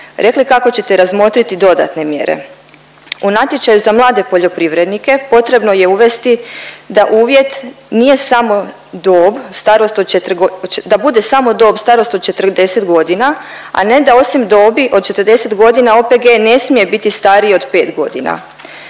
rekli kako ćete razmotriti dodatne mjere. U natječaju za mlade poljoprivrednike potrebno je uvesti da uvjet nije samo dob, starost od…, da bude samo dob, starost od 40.g., a ne da osim dobi od 40.g. OPG ne smije biti starije od 5.g..